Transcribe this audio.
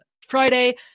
Friday